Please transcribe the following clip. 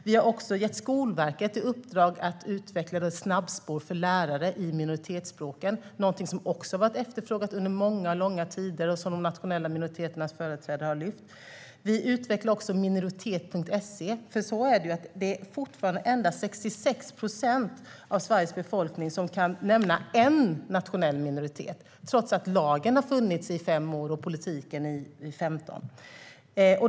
Vi har även gett Skolverket i uppdrag att utveckla ett snabbspår för lärare i minoritetsspråken, något som också efterfrågats i långa tider och som de nationella minoriteternas företrädare har lyft fram. Vi utvecklar minoritet.se, då det fortfarande endast är 66 procent av Sveriges befolkning som kan nämna en nationell minoritet, trots att lagen har funnits i fem år och politiken i femton.